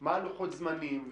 מה לוחות זמנים?